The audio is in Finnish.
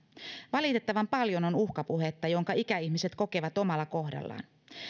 valitettavan paljon on uhkapuhetta jonka ikäihmiset kokevat omalla kohdallaan